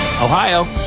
Ohio